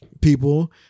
people